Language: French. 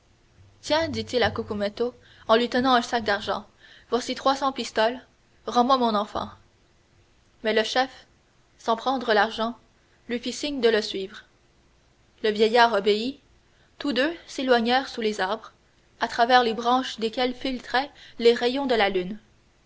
tiens dit-il à cucumetto en lui tendant un sac d'argent voici trois cents pistoles rends-moi mon enfant mais le chef sans prendre l'argent lui fit signe de le suivre le vieillard obéit tous deux s'éloignèrent sous les arbres à travers les branches desquels filtraient les rayons de la lune